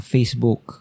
Facebook